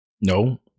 no